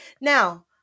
Now